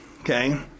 okay